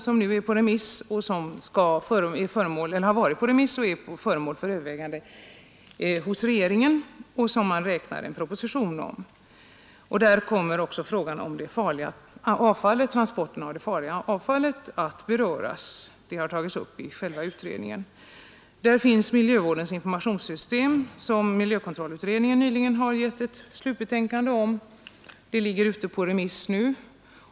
Det betänkandet har varit ute på remiss och är nu föremål för överväganden i regeringen. Man räknar med att så småningom lägga fram en proposition i ärendet. Då kommer också transporten av farligt avfall att beröras, en fråga som har tagits upp av utredningen. Jag vill även nämna miljövårdens informationssystem, varom miljökontrollutredningen nyligen har avgivit sitt slutbetänkande. Det betänkandet är nu ute på remiss.